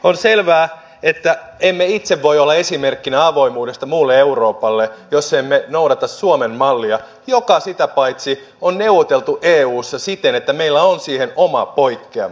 on selvää että emme itse voi olla esimerkkinä avoimuudesta muulle euroopalle jos emme noudata suomen mallia joka sitä paitsi on neuvoteltu eussa siten että meillä on siihen oma poikkeama